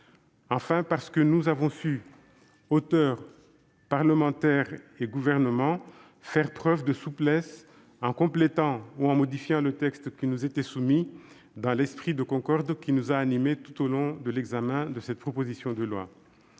Enfin, parce que nous avons su, auteurs, parlementaires et Gouvernement, faire preuve de souplesse, en complétant ou en modifiant le texte qui nous était soumis dans l'esprit de concorde qui nous a animés tout au long de nos travaux. Je pense aux dispositions